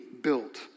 built